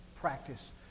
practice